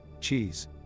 cheese